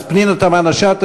אז פנינה תמנו-שטה,